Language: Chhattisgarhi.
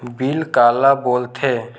बिल काला बोल थे?